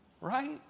right